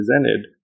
presented